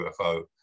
UFO